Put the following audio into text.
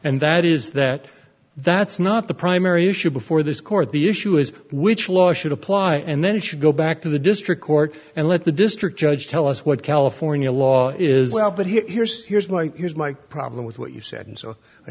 and that is that that's not the primary issue before this court the issue is which law should apply and then it should go back to the district court and let the district judge tell us what california law is well but here's here's my here's my problem with what you said and so i